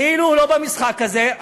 כאילו הוא לא במשחק הזה.